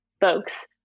folks